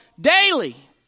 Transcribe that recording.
daily